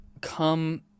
come